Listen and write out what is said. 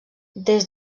des